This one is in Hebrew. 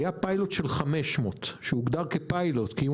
היה פיילוט של 500 שהוגדר כפיילוט כי אם